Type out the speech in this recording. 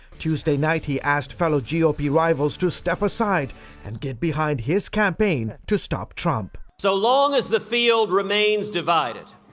tuesday night he asked fellow g o p. rivals to step aside and get behind his campaign to stop trump. as so long as the field remains divided,